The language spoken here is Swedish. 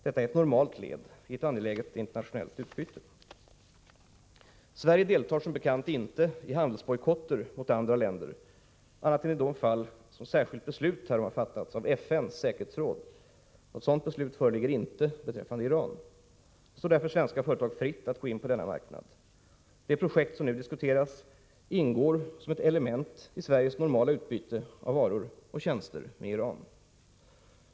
Detta är ett normalt led i ett angeläget internationellt utbyte. Sverige deltar som bekant inte i handelsbojkotter mot andra länder annat än i de fall där särskilt beslut härom fattats av FN:s säkerhetsråd. Något sådant beslut föreligger inte beträffande Iran. Det står därför svenska företag fritt att gå in på denna marknad. Det projekt som nu diskuteras ingår som ett element i Sveriges normala utbyte av varor och tjänster med Iran.